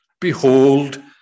Behold